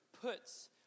puts